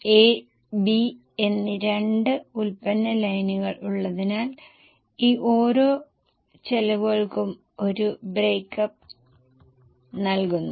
A B എന്നീ രണ്ട് ഉൽപ്പന്ന ലൈനുകൾ ഉള്ളതിനാൽ ഈ ഓരോ ചെലവുകൾക്കും ഒരു ബ്രേക്ക് അപ്പ് നൽകുന്നു